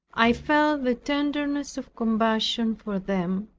i felt the tenderness of compassion for them,